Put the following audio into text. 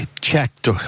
checked